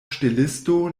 ŝtelisto